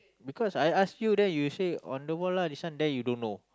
because I ask you then you say on the ball lah this one then you don't know